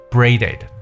Braided